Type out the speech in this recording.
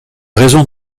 raisons